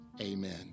amen